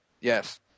yes